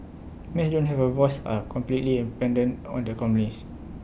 maids don't have A voice are completely dependent on their companies